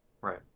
Right